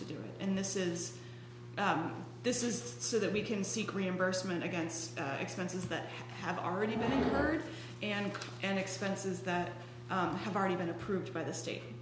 to do it and this is this is so that we can seek reimbursement against expenses that have already been heard and and expenses that have already been approved by the state